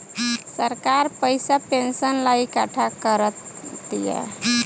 सरकार पइसा पेंशन ला इकट्ठा करा तिया